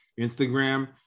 Instagram